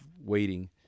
waiting